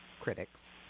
critics